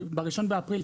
כי ב-1 באפריל,